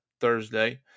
Thursday